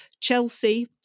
Chelsea